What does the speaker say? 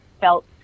felt